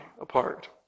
apart